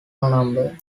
number